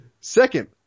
Second